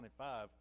25